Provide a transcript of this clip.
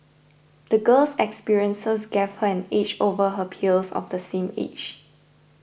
the girl's experiences gave her an edge over her peers of the same age